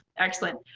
excellent.